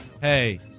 hey